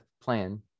plan